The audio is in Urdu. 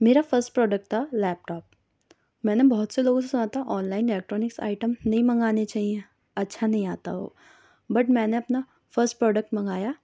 میرا فسٹ پروڈکٹ تھا لیپ ٹاپ میں نے بہت سے لوگوں سے سُنا تھا آن لائن الیكٹرانکس آئٹم نہیں منگانے چاہیے اچھا نہیں آتا وہ بٹ میں نے اپنا فسٹ پروڈکٹ منگایا